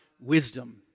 wisdom